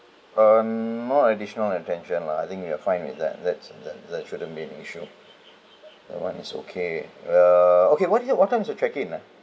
um no additional attention lah I think we're fine with that that that that shouldn't be the issue that [one] is okay err okay what do you want time to check in lah